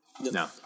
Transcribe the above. No